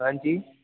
हांजी